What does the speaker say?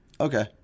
Okay